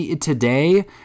today